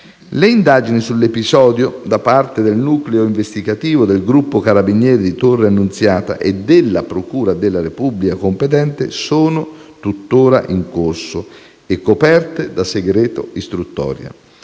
Le indagini sull'episodio da parte del nucleo investigativo del gruppo carabinieri di Torre Annunziata e della procura della Repubblica competente sono tuttora in corso e coperte da segreto istruttorio.